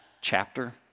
chapter